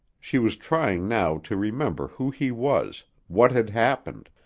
she was trying now to remember who he was, what had happened,